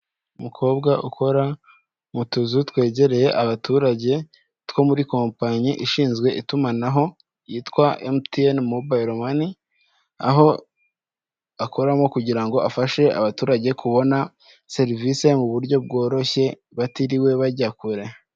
Umukobwa ukora mu tuzu twegereye abaturage two muri kompanyi ishinzwe itumanaho yitwa MTN mobayiro mani, aho akoramo kugira ngo afashe abaturage kubona serivisi mu buryo bworoshye batiriwe bajya kure.